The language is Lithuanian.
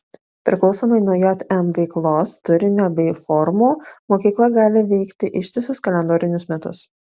priklausomai nuo jm veiklos turinio bei formų mokykla gali veikti ištisus kalendorinius metus